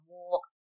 walk